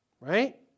right